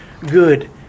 good